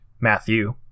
Matthew